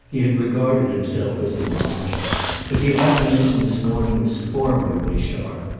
he had regarded himself as admonished but the admonition this morning was formidably sharp.